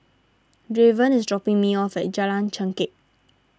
Draven is dropping me off at Jalan Chengkek